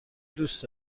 دوست